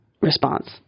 response